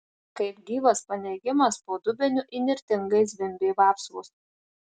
kaip gyvas paneigimas po dubeniu įnirtingai zvimbė vapsvos